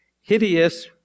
hideous